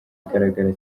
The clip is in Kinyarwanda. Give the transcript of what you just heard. igaragara